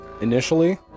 initially